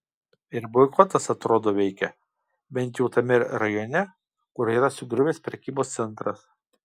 ir boikotas atrodo veikia bent jau tame rajone kur yra sugriuvęs prekybos centras